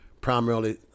primarily